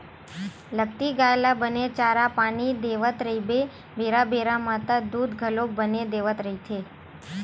लगती गाय ल बने चारा पानी देवत रहिबे बेरा बेरा म त दूद घलोक बने देवत रहिथे